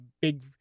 big